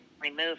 remove